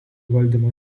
valdymo